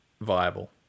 viable